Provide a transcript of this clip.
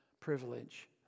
privilege